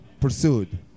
pursued